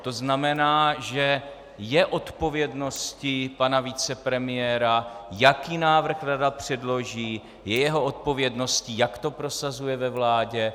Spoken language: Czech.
To znamená, že je odpovědností pana vicepremiéra, jaký návrh rada předloží, je jeho odpovědností, jak to prosazuje ve vládě.